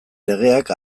legeak